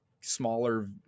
smaller